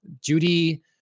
judy